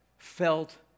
Felt